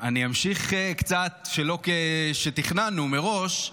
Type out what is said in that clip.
שלא כפי שתכננו מראש,